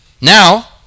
Now